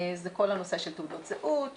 זה כל הנושא של תעודות זהות,